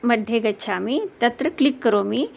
मध्ये गच्छामि तत्र क्लिक् करोमि